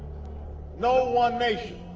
no one nation,